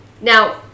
Now